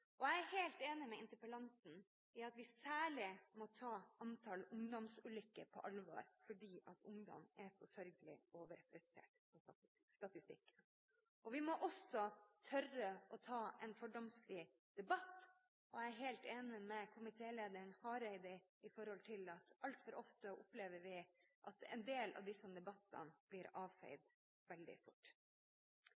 Jeg er helt enig med interpellanten i at vi særlig må ta antall ungdomsulykker på alvor, fordi ungdom er så sørgelig overrepresentert på statistikken. Vi må også tørre å ta en fordomsfri debatt. Jeg er helt enig med komitélederen, Hareide, i at vi altfor ofte opplever at en del av disse debattene blir avfeid